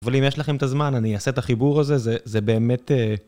אבל אם יש לכם את הזמן אני אעשה את החיבור הזה, זה באמת אההה...